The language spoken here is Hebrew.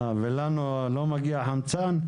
ולנו לא מגיע חמצן?